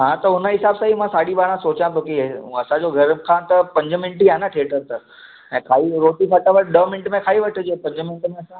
हा त उन हिसाब सां ई मां साढी ॿारहां सोचा थो की असांजे घर खां त पंज मिंट ई आहे न थिएटर त खाई रोटी फटाफटि ॾह मिंट में ई खाई वठिजे पंज मिंट में असां